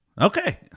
Okay